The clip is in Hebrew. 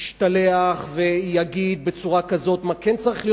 ישתלח ויגיד בצורה כזאת מה כן צריך להיות